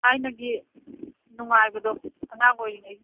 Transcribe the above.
ꯊꯥꯏꯅꯒꯤ ꯅꯨꯡꯉꯥꯏꯕꯗꯣ ꯑꯉꯥꯡ ꯑꯣꯏꯔꯤ ꯉꯥꯏꯒꯤ